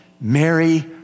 Mary